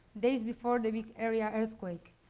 days before the bay area earthquake.